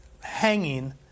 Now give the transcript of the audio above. hanging